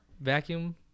vacuum